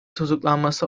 tutuklanması